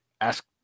ask